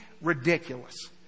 ridiculous